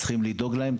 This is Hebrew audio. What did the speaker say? צריכים לדאוג להם,